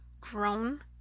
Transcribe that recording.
grown